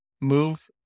move